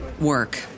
work